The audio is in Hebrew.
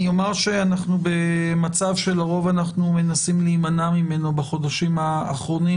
אני אומר שאנחנו במצב שלרוב אנחנו מנסים להימנע ממנו בחודשים האחרונים,